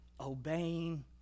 obeying